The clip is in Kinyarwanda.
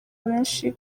benshi